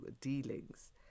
dealings